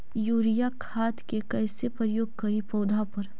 Urea खाद के कैसे प्रयोग करि पौधा पर?